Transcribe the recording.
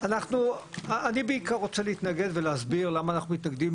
אני בעיקר רוצה להתנגד ולהסביר למה אנחנו מתנגדים